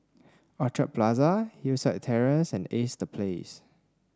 Orchard Plaza Hillside Terrace and Ace The Place